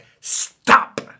STOP